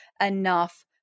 enough